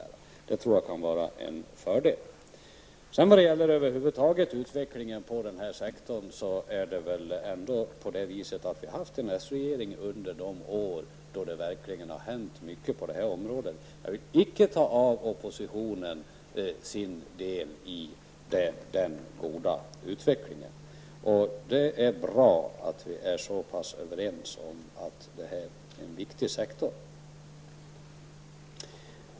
Det tror jag kan vara till fördel. Jag hävdar att det på senare år verkligen har hänt mycket på detta område. Jag vill inte ta ifrån oppositionen deras andel i denna goda utveckling. Det är bra att vi är så pass överens som vi är om att det är en viktig sektor.